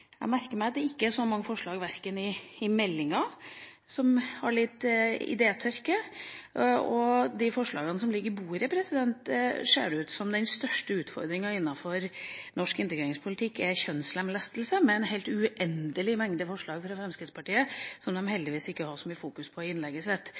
Jeg merker meg at det ikke er så mange forslag i meldingen. Man har litt idétørke. Når det gjelder de forslagene som ligger på bordet, ser det ut som om den største utfordringa innenfor norsk integreringspolitikk er kjønnslemlestelse, med en uendelig mengde forslag fra Fremskrittspartiet, som de heldigvis ikke hadde så mye fokus på i innlegget sitt.